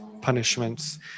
punishments